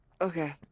Okay